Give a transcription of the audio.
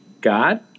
God